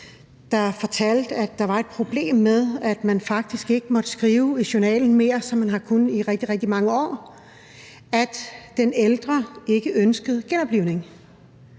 der fortalte, at der var et problem med, at man faktisk ikke mere måtte skrive i journalen – hvilket man havde kunnet i rigtig, rigtig mange år – at den ældre ikke ønskede genoplivning.